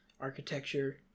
architecture